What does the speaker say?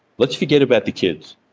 let's forget about the kids.